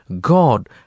God